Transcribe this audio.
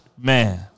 man